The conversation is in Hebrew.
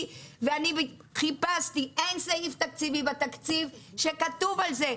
ואני חיפשתי אין סעיף תקציבי בתקציב שכתוב על זה,